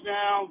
now